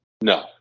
no